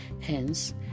hence